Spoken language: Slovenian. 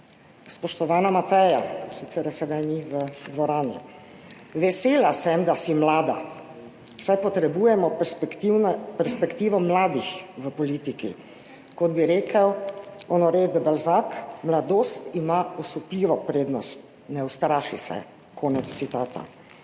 Spoštovana Mateja, sicer je sedaj ni v dvorani. Vesela sem, da si mlada, saj potrebujemo perspektivo mladih v politiki, kot bi rekel honore de Balzac: »Mladost ima osupljivo prednost, ne ustraši se.«, konec citata.